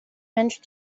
mensch